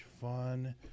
fun